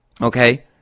Okay